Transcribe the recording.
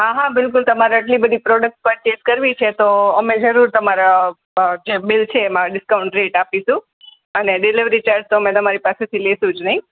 હા હા બિલકુલ તમારે આટલી બધી પ્રોડક્ટ પરચેઝ કરવી છે તો અમે જરુર તમારા અ જે બિલ છે એમાં ડિસ્કાઉન્ટ રેટ આપીશું અને ડિલેવરી ચાર્જ તો અમે તમારી પાસેથી લઇશું જ નહીં